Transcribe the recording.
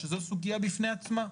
שזו סוגיה בפני עצמה.